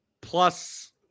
plus